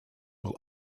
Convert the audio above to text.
will